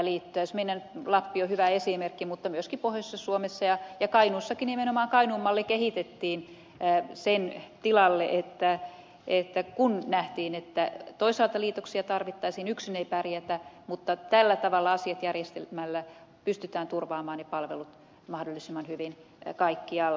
lappi on hyvä esimerkki mutta myöskin muu pohjoinen suomi ja kainuussakin nimenomaan kainuun malli kehitettiin sen tilalle kun nähtiin että toisaalta liitoksia tarvittaisiin ja yksin ei pärjätä mutta tällä tavalla asiat järjestämällä pystytään turvaamaan ne palvelut mahdollisimman hyvin kaikkialla